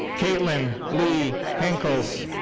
kaitlyn leigh henkels.